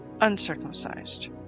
uncircumcised